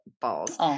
balls